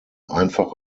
einfach